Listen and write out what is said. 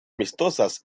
amistosas